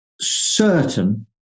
certain